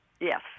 Yes